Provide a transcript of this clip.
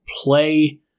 play